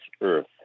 Earth